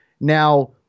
Now